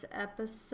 episode